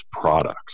products